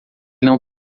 não